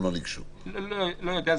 אני לא יודע.